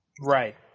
Right